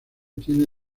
tiene